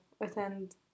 attend